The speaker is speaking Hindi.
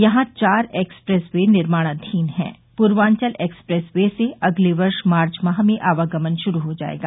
यहां चार एक्सप्रेस वे निर्माणाधीन है पूर्वांचल एक्सप्रेस वे से अगले वर्ष मार्च माह में आवागमन श्रू हो जायेगा